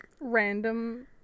Random